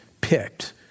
picked